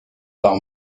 par